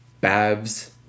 Babs